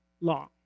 long